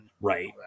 Right